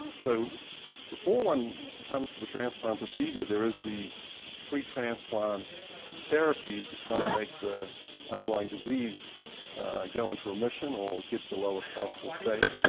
so before one comes to the transplant procedure, there is the pre-transplant therapy to try and make the underlying disease go into remission or get the lowest possible state.